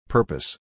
Purpose